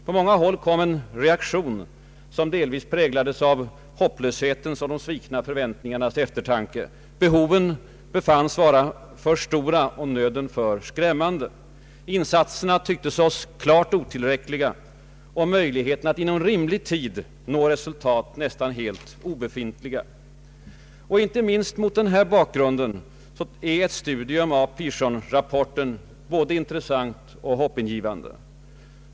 På många håll kom en reaktion, som delvis präglades av hopplöshetens och de svikna förväntningarnas eftertanke. Behoven befanns vara för stora och nöden för skrämmande. Insatserna tycktes oss klart otillräckliga och möjligheterna att inom rimlig tid nå resultat nästan helt obefintliga. Inte minst mot denna bakgrund är ett studium av Pearsonrapporten både intressant och hoppingivande.